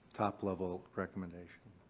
top level recommendations.